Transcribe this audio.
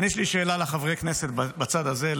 יש לי שאלה לחברי כנסת בצד הזה,